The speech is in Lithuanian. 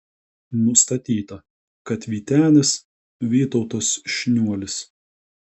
nustatyta kad vytenis vytautas šniuolis